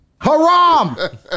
Haram